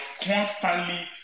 constantly